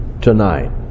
tonight